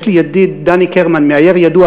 יש לי ידיד, דני קרמן, מאייר ידוע.